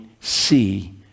see